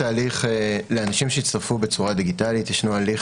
לאנשים שיצטרפו בצורה דיגיטלית יש הליך